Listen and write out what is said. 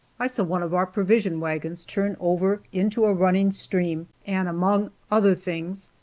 i saw one of our provision wagons turn over into a running stream, and, among other things,